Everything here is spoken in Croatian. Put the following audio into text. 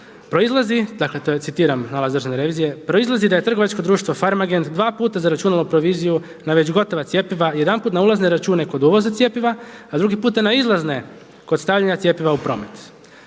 proizlazi da trgovačko društvo Farmagent dva puta zaračunalo proviziju na već gotova cjepiva jedanput na ulazne račune kod uvoza cjepiva, a drugi puta na izlazne kod stavljanja cjepiva u promet.